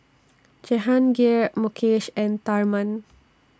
Jehangirr Mukesh and Tharman